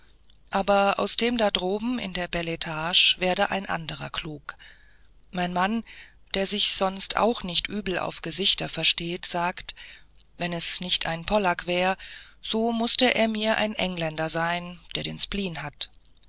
aber aus dem da droben in der beletage werde ein anderer klug mein mann der sich sonst auch nicht übel auf gesichter versteht sagt wenn es nicht ein polack wäre so mußte er mir ein engländer sein der den spleen hat